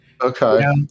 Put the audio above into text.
Okay